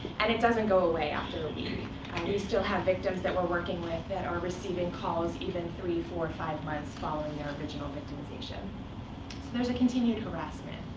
and it doesn't go away after a week. um we still have victims that we're working with that are receiving calls even three, four, five months following their original victimization. so there's a continued harassment.